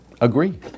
agree